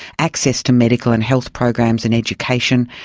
access to medical and health programs and education,